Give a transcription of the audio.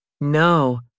No